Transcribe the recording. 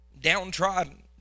downtrodden